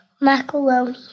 macaroni